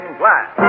glass